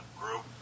group